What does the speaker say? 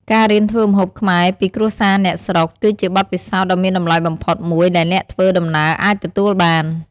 ការរៀនធ្វើម្ហូបខ្មែរពីគ្រួសារអ្នកស្រុក គឺជាបទពិសោធន៍ដ៏មានតម្លៃបំផុតមួយដែលអ្នកធ្វើដំណើរអាចទទួលបាន។